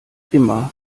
immer